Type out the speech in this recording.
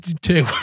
Two